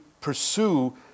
pursue